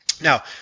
Now